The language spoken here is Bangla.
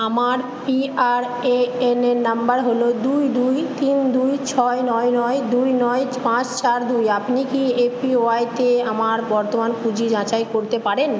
আমার পিআরএএন এর নাম্বার হলো দুই দুই তিন দুই ছয় নয় নয় দুই নয় পাঁচ চার দুই আপনি কি এপিওয়াই তে আমার বর্তমান পুঁজি যাচাই করতে পারেন